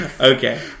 Okay